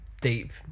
deep